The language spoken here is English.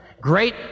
Great